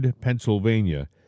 Pennsylvania